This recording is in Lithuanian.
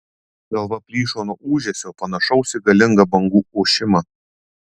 galva plyšo nuo ūžesio panašaus į galingą bangų ošimą